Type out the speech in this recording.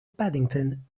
paddington